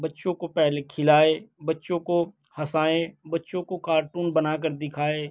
بچّوں پہلے کھلائے بچّوں کو ہنسائیں بچّوں کو کارٹون بنا کر دیکھائے